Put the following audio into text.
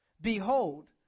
Behold